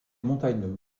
montagnes